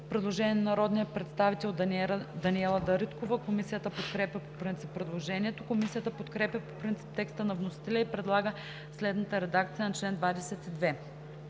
предложение на народния представител Даниела Дариткова. Комисията подкрепя по принцип предложението. Комисията подкрепя по принцип текста на вносителя и предлага следната редакция на чл. 22: